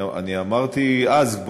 אני אמרתי אז,